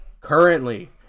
currently